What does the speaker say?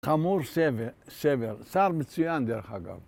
חמור סבר, שר מצוין דרך אגב.